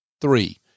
Three